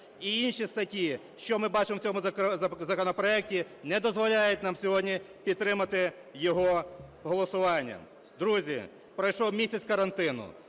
і інші статті, що ми бачимо в цьому законопроекті, не дозволяють нам сьогодні підтримати його голосуванням. Друзі, пройшов місяць карантину,